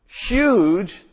Huge